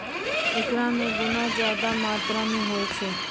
एकरा मे गुना ज्यादा मात्रा मे होय छै